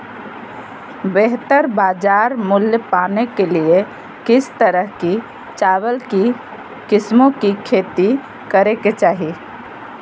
बेहतर बाजार मूल्य पाने के लिए किस तरह की चावल की किस्मों की खेती करे के चाहि?